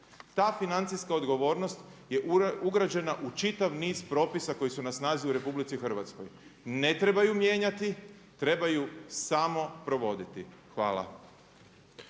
Ta financijska odgovornost je ugrađena u čitav niz propisa koji su na snazi u RH. Ne treba je mijenjati, treba je samo provoditi. Hvala.